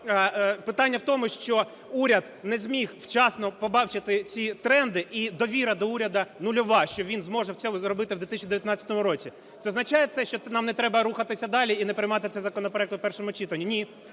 питання в тому, що уряд не зміг вчасно побачити ці тренди, і довіра до уряду нульова, що він зможе це зробити в 2019 році. Чи означає це, що нам не треба рухатися далі і не приймати цей законопроект у першому читанні? Ні,